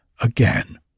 again